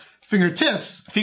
Fingertips